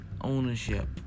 ownership